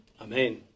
Amen